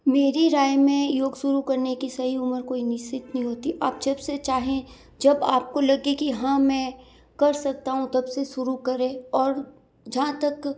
मेरी राय में योग शुरू करने की सही उम्र कोई निश्चित नहीं होती आप जब से चाहें जब आपको लगे कि हाँ मैं कर सकता हूँ तब से शुरू करें और जहाँ तक